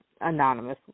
anonymous